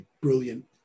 brilliant